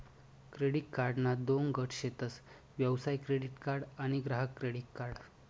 credit कार्डना दोन गट शेतस व्यवसाय क्रेडीट कार्ड आणि ग्राहक क्रेडीट कार्ड